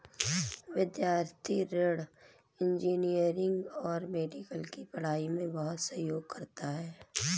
विद्यार्थी ऋण इंजीनियरिंग और मेडिकल की पढ़ाई में बहुत सहयोग करता है